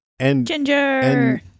Ginger